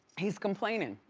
he's complaining.